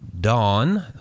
Dawn